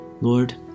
lord